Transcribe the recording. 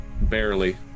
Barely